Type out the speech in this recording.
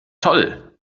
toll